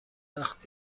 وقت